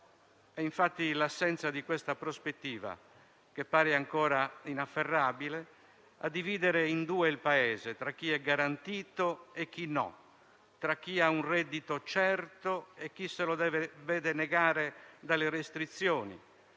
È infatti l'assenza di questa prospettiva, che pare ancora inafferrabile, a dividere in due il Paese tra chi è garantito e chi no, tra chi ha un reddito certo e chi se lo vede negare dalle restrizioni,